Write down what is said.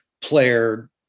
player